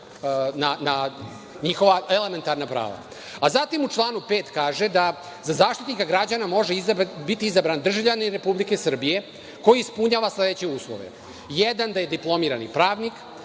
na njihova elementarna prava. Zatim u članu 5. kaže da Zaštitnika građana može biti izabran državljanin Republike Srbije koji ispunjava sledeće uslove. Jedan - da je diplomirani pravnik. Dva